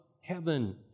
heaven